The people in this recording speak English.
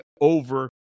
over